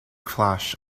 clash